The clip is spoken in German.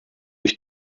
ich